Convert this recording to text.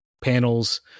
panels